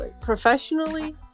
Professionally